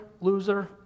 loser